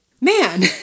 Man